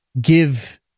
give